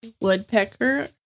woodpecker